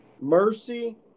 Mercy